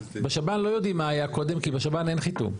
בשב"ן לא יודעים מה היה קודם, כי בשב"ן אין חיתום.